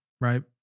right